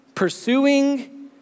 Pursuing